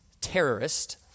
terrorist